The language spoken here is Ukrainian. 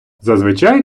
зазвичай